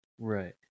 Right